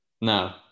No